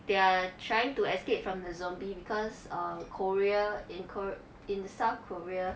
they are trying to escape from the zombie because err korea incurred in south korea